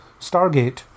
Stargate